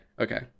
okay